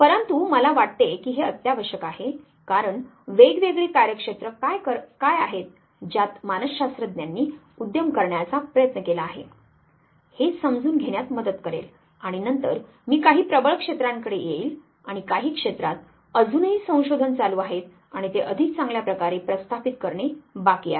परंतु मला वाटते की हे अत्यावश्यक आहे कारण वेगवेगळी कार्यक्षेत्र काय आहेत ज्यात मानसशास्त्रज्ञांनी उद्यम करण्याचा प्रयत्न केला आहे हे समजून घेण्यात मदत करेल आणि नंतर मी काही प्रबळ क्षेत्रांकडे येईल आणि काही क्षेत्रात अजूनही संशोधन चालू आहेत आणि ते अधिक चांगल्या प्रकारे प्रस्थापित करणे बाकी आहे